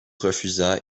refusa